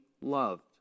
loved